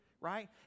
right